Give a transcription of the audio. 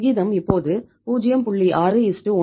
விகிதம் இப்போது 0